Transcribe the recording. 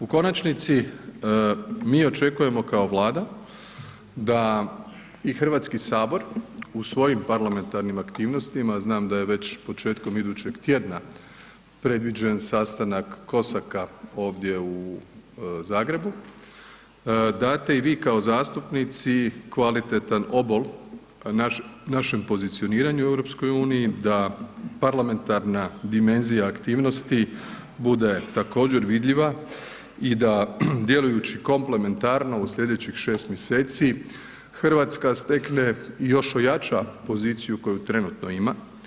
U konačnici, mi očekujemo kao Vlada da i Hrvatski sabor u svojim parlamentarnim aktivnostima, a znam da je već početkom idućeg tjedna predviđen sastanak Cossacksa ovdje u Zagrebu date i vi kao zastupnici kvalitetan obol našem pozicioniranju u EU, da parlamentarna dimenzija aktivnosti bude također vidljiva i da djelujući komplementarno u sljedećih šest mjeseci Hrvatska stekne i još ojača poziciju koju trenutno ima.